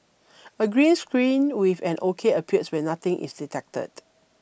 a green screen with an O K appears when nothing is detected